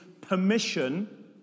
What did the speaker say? permission